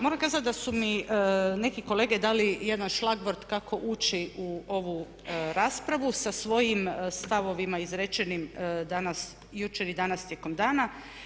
Moram kazati da su mi neke kolege dali jedan šlagvort kako ući u ovu raspravu sa svojim stavovima izrečenim jučer i danas tijekom dana.